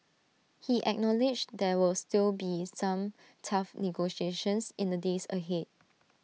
he acknowledged there will still be some tough negotiations in the days ahead